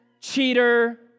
cheater